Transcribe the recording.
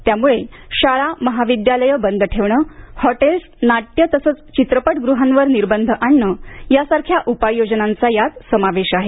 त्यामुळे शाळा महाविद्यालयं बंद ठेवण हॉटेल्स नाट्य तसंच चित्रपट गृहावर निर्बंध आणणं यासारख्या उपाय योजनांचा यात समावेश आहे